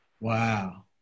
Wow